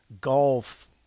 golf